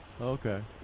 Okay